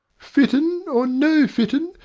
fitton or no fitton,